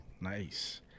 Nice